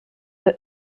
the